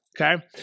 Okay